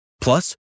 Plus